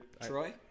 Troy